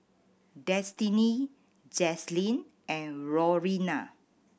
Destiney Jaslene and Lorena